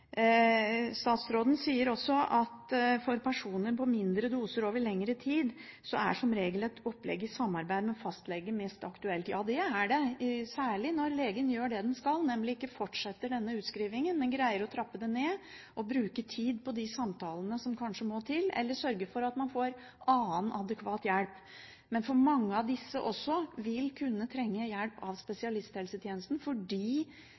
Statsråden sier også at for personer på mindre doser over lengre tid er som regel et opplegg i samarbeid med fastlegen mest aktuelt. Ja, det er det, særlig når legen gjør det han eller hun skal, nemlig ikke fortsetter denne forskrivningen, men greier å trappe den ned, bruke tid på de samtalene som kanskje må til, eller sørge for at pasienten får annen adekvat hjelp, for mange av disse vil kunne trenge hjelp av spesialisthelsetjenesten fordi